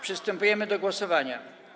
Przystępujemy do głosowania.